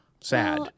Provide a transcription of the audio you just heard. sad